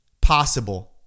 possible